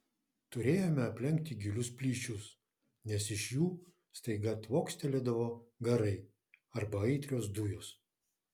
turėjome aplenkti gilius plyšius nes iš jų staiga tvokstelėdavo garai arba aitrios dujos